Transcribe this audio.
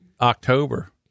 October